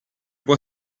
può